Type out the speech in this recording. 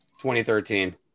2013